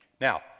Now